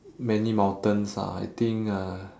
many mountains ah I think uh